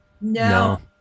No